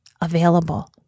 available